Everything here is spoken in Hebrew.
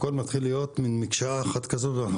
הכול מתחיל להיות מין מקשה אחת ואנחנו